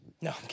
No